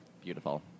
Beautiful